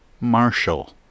Marshall